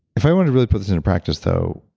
if i want to really put this into practice though,